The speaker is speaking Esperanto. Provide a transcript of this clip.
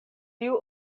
tiu